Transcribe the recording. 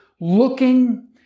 looking